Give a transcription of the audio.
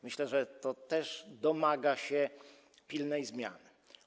Myślę, że to też domaga się pilnej zmiany.